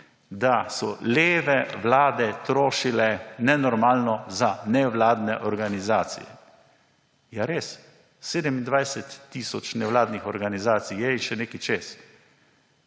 da so leve vlade trošile nenormalno za nevladne organizacije. Ja, res. 27 tisoč nevladnih organizacij je in še nekaj čez